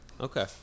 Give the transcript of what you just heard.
Okay